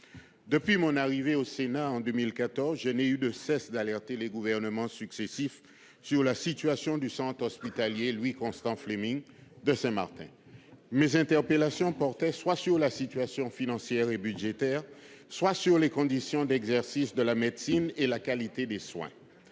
Depuis mon arrivée au Sénat en 2014, je n'ai eu de cesse d'alerter les gouvernements successifs sur la situation du centre hospitalier Louis-Constant-Fleming de Saint-Martin. Mes interpellations portaient soit sur la situation financière et budgétaire, soit sur les conditions d'exercice de la médecine et la qualité des soins.